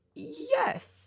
Yes